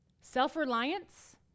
Self-reliance